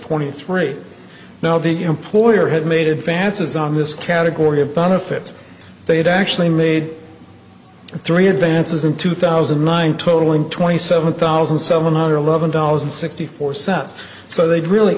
twenty three now the employer had made advances on this category of benefits they had actually made three advances in two thousand and nine totaling twenty seven thousand seven hundred eleven dollars and sixty four cents so they'd really